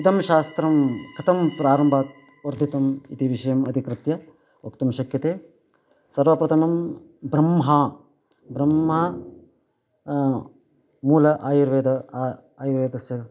इदं शास्त्रं कथं प्रारम्भात् वर्धितम् इति विषयम् अधिकृत्य वक्तुं शक्यते सर्वप्रथमं ब्रह्मा ब्रह्मा मूलम् आयुर्वेदः आ आयुर्वेदस्य